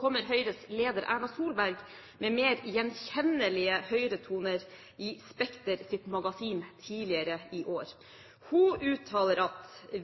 kommer Høyres leder, Erna Solberg, med mer gjenkjennelige Høyre-toner i Spekters magasin, Aspekter, tidligere i år. Hun uttaler: